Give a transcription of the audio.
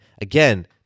again